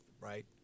right